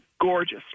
gorgeous